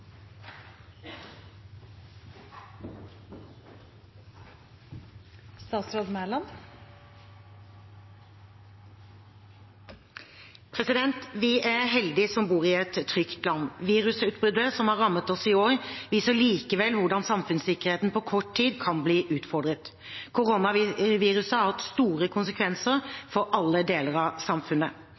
heldige som bor i et trygt land. Virusutbruddet som har rammet oss i år, viser likevel hvordan samfunnssikkerheten på kort tid kan bli utfordret. Koronaviruset har hatt store konsekvenser for alle deler av samfunnet.